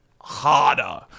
harder